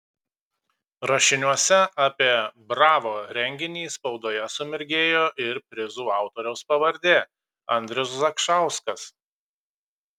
rašiniuose apie bravo renginį spaudoje sumirgėjo ir prizų autoriaus pavardė andrius zakšauskas